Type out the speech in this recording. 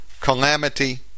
calamity